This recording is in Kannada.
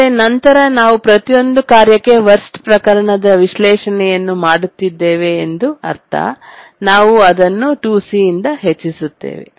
ಆದರೆ ನಂತರ ನಾವು ಪ್ರತಿಯೊಂದು ಕಾರ್ಯಕ್ಕೆ ವರ್ಸ್ಟ್ ಪ್ರಕರಣದ ವಿಶ್ಲೇಷಣೆಯನ್ನು ಮಾಡುತ್ತಿದ್ದೇವೆ ಎಂದು ಅರ್ಥ ನಾವು ಅದನ್ನು 2C ಇಂದ ಹೆಚ್ಚಿಸುತ್ತೇವೆ